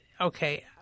okay